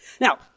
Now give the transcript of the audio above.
Now